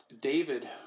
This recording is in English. David